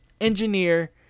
engineer